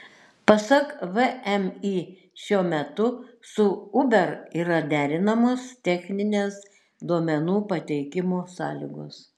pasak vmi šiuo metu su uber yra derinamos techninės duomenų pateikimo sąlygos